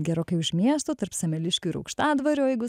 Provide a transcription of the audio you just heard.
gerokai už miesto tarp semeliškių ir aukštadvario jeigu